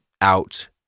out